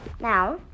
Now